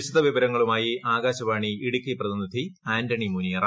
വിശദവിവരങ്ങളുമായി ആകാശവാണി ഇടുക്കി പ്രതിനിധി ആന്റണി മുനിയറ